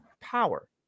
power